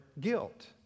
guilt